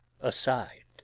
aside